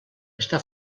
està